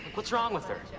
what's wrong with her?